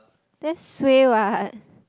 that's suay what